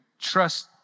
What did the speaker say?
trust